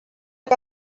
que